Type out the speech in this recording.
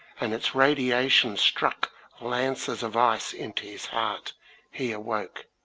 and its radiations struck lances of ice into his heart he awoke,